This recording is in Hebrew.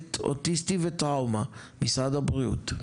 מחלקת אוטיסטים וטראומה, משרד הבריאות.